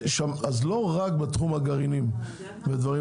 אז לא רק בתחום הגרעינים או דברים